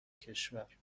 کشور